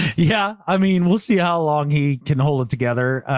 yeah. i mean we'll see how long he can hold it together.